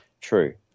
true